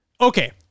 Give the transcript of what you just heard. Okay